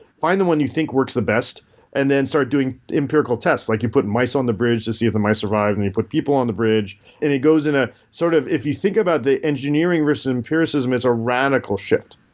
find the one you think works the best and then start doing empirical tests, like you put mice on the bridge to see if the mice survive, and they put people on the bridge, and it goes in a sort of if you think about the engineering empiricism, it's a radical shift.